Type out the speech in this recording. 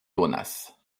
donas